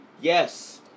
Yes